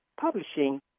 publishing